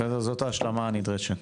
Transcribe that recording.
בסדר זאת ההשלמה הנדרשת.